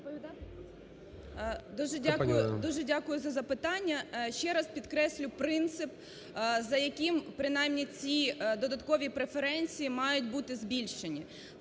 Дуже дякую за запитання. Ще раз підкреслюю, принцип, за яким принаймні ці додаткові преференції мають бути збільшені.